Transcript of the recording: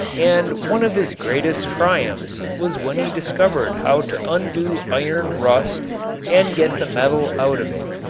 and one of his greatest triumphs was when he discovered how to undo iron rust and get the metal out of it.